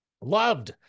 Loved